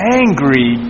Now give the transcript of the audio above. angry